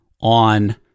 on